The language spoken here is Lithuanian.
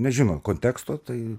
nežino konteksto tai